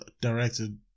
directed